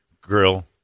grill